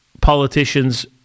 politicians